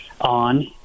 on